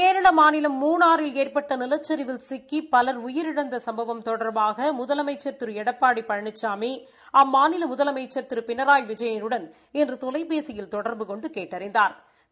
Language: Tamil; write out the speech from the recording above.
கேரள மாநிலம் முணாநில் ஏற்பட்ட நிலச்சரிவில் சிக்கி பலர் உயிரிழந்த சும்பவம் தொடர்பாக முதலமைச்சர் திரு எடப்பாடி பழனிசாமி அம்மாநில முதலமைச்சர் திரு பினராயி விஜயனுடன் இன்று தொலைபேசியில் தொடா்பு கொண்டு கேட்டறிந்தாாா்